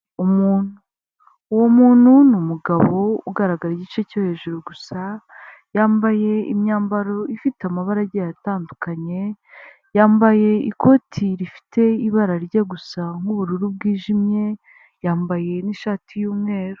Uyu muntu ni umugabo ugaragara igice cyo hejuru gusa yambaye imyambaro ifite amabara igiye atandukanye ;yambaye ikoti rifite ibara rijya gusa nk'ubururu bwijimye, yambaye n'ishati y'umweru.